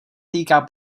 týká